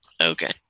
Okay